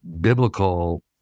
biblical